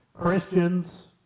Christians